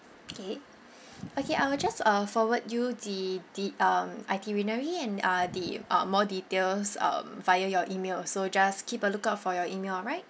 okay okay I will just uh forward you the the um itinerary and uh the uh more details um via your email also just keep a lookout for your email alright